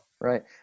Right